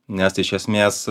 nes iš esmės